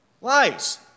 Lies